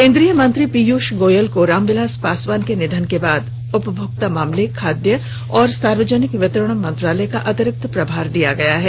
केंद्रीय मंत्री पीयूष गोयल को रामबिलास पासवान के निधन के बाद उपभोक्ता मामले खाद्य और सार्वजनिक वितरण मंत्रालय का अतिरिक्त प्रभार दिया गया है